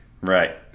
Right